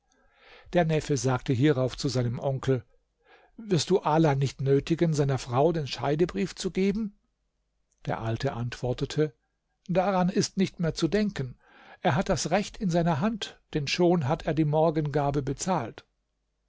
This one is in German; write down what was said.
der neffe sagte hierauf zu seinem onkel wirst du ala nicht nötigen seiner frau den scheidebrief zu geben der alte antwortete daran ist nicht mehr zu denken er hat das recht in seiner hand denn schon hat er die morgengabe bezahlt